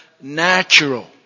natural